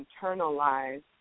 internalize